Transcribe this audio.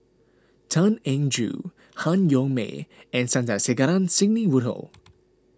Tan Eng Joo Han Yong May and Sandrasegaran Sidney Woodhull